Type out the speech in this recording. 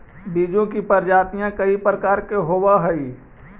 बीजों की प्रजातियां कई प्रकार के होवअ हई